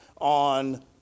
on